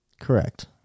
Correct